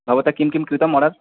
भवता किं किं कृतम् आर्डर्